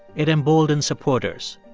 it emboldened supporters,